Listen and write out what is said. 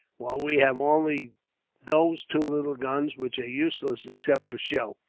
while we have only those two little guns, which are useless except for show.